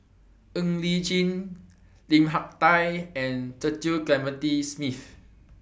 Ng Li Chin Lim Hak Tai and Cecil Clementi Smith